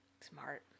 Smart